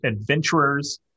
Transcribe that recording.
adventurers